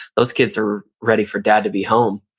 those kids are ready for dad to be home.